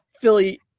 Philly